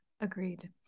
Agreed